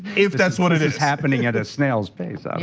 if that's what it is happening at a snail's pace. ah